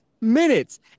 minutes